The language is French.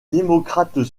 démocrates